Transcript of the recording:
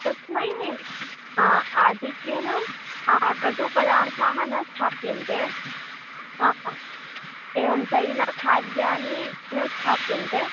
तस्मै आधिक्येन कटु पदार्थाः न स्थाप्यन्ते एवं तैलखाद्यानि न स्थाप्यन्ते